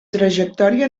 trajectòria